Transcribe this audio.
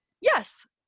Yes